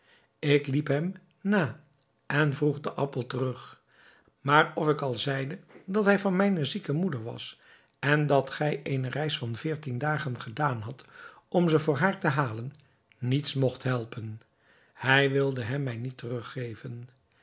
ik liep hem na en vroeg den appel terug maar of ik al zeide dat hij van mijne zieke moeder was en dat gij eene reis van veertien dagen gedaan had om ze voor haar te halen niets mogt helpen hij wilde hem mij niet teruggeven